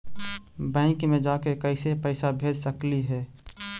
Bank मे जाके कैसे पैसा भेज सकली हे?